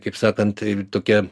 kaip sakant tokia